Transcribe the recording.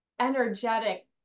energetic